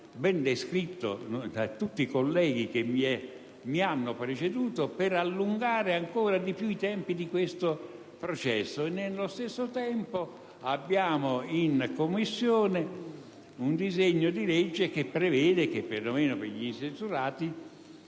ben descritto da tutti i colleghi che mi hanno preceduto, per allungare ancor di più i tempi di questo processo? E allo stesso tempo, in Commissione c'è un disegno di legge che prevede, per gli incensurati,